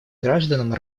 гражданам